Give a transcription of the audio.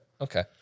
Okay